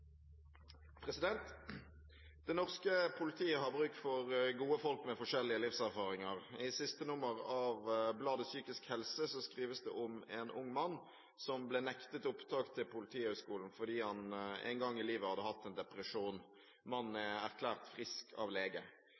norske politiet har bruk for gode folk med forskjellige livserfaringer. I siste nummer av bladet Psykisk helse skrives det om en ung mann som ble nektet opptak til Politihøgskolen fordi han en gang i livet hadde hatt en depresjon. Mannen er erklært frisk av lege.